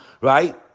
right